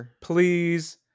please